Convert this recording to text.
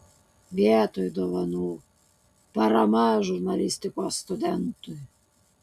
vietoj dovanų parama žurnalistikos studentui